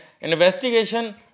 investigation